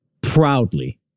Proudly